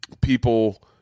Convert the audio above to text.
people